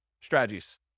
strategies